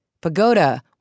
Pagoda